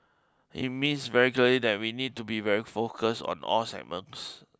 it means very clearly that we need to be very focused on all segments